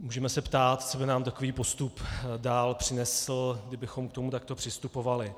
Můžeme se ptát, co by nám takový postup dál přinesl, kdybychom k tomu takto přistupovali.